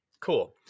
Cool